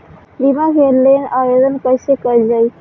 बीमा के लेल आवेदन कैसे कयील जाइ?